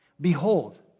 Behold